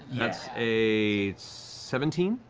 that's a seventeen?